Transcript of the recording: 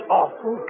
awful